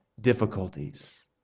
difficulties